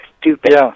stupid